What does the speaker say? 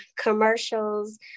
commercials